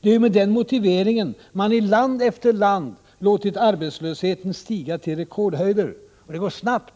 Det är ju med den motiveringen man i land efter land låtit arbetslösheten stiga till rekordhöjder — och det går snabbt.